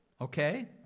okay